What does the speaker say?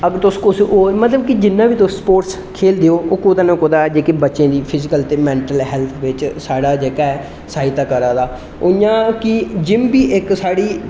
अगर तुस कुसै होर मतलब जिंयां बी तुस स्पोर्ट्स खेलदे हो ओह कुतै ना कुतै जेह्की बच्चें दी फिजिकल ते मेंटल हैल्थ बिच साढा जेहका ऐ सहायता करा दा उआं कि जिम बी इक साढ़ी